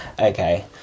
okay